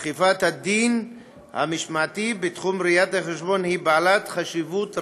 אכיפת הדין המשמעתי בתחום ראיית-החשבון היא בעלת חשיבות רבה,